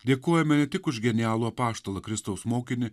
dėkojame ne tik už genialų apaštalą kristaus mokinį